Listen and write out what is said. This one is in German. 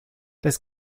das